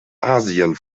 asien